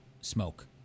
smoke